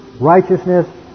righteousness